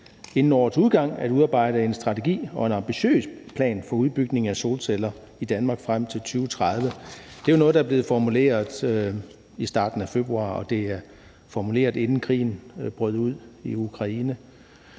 inden årets udgang at udarbejde en strategi og en ambitiøs plan for udbygning af solceller i Danmark frem mod 2030. Det er jo noget, der blev formuleret i starten af februar, og det er noget, der blev formuleret, inden krigen brød ud i Ukraine.